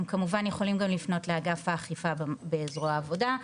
הם כמובן יכולים גם לפנות לאגף האכיפה בזרוע העבודה,